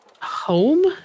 Home